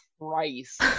Christ